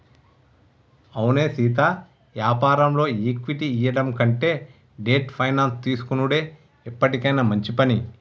అవునే సీతా యాపారంలో ఈక్విటీ ఇయ్యడం కంటే డెట్ ఫైనాన్స్ తీసుకొనుడే ఎప్పటికైనా మంచి పని